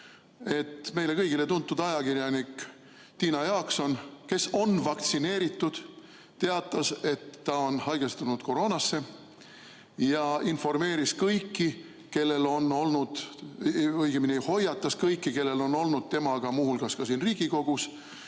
meile kõigile tuntud ajakirjanik Tiina Jaakson, kes on vaktsineeritud, teatas, et ta on haigestunud koroonasse, ja informeeris kõiki, õigemini hoiatas kõiki, kellel on olnud temaga muu hulgas ka siin Riigikogus